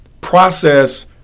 process